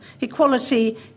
equality